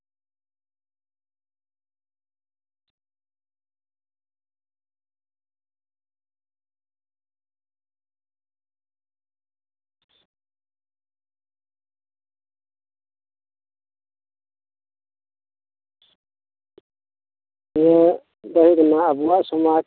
ᱱᱚᱶᱟ ᱟᱵᱚᱱᱟᱜ ᱥᱚᱢᱟᱡ